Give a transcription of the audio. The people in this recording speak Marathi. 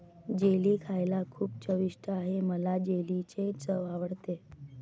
जेली खायला खूप चविष्ट आहे मला जेलीची चव आवडते